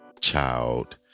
child